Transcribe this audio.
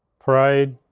parade,